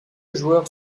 joueur